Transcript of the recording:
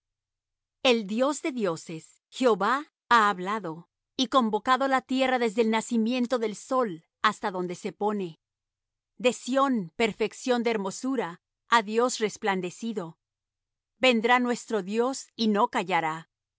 el dios de dioses jehová ha hablado y convocado la tierra desde el nacimiento del sol hasta donde se pone de sión perfección de hermosura ha dios resplandecido vendrá nuestro dios y no callará